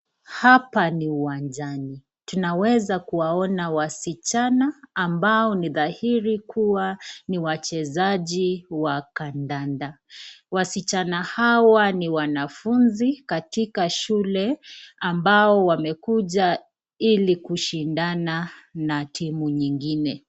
Hapa ni uwanjani, tunaweza kuwaona waschana ambao ni dhahiri kuwa ni wachezaji wa kandanda , waschana hawa ni wanafunzi katika shule ambao wamekuja ili kushindana na timu nyingine.